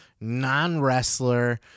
non-wrestler